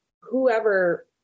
whoever